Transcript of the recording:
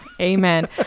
Amen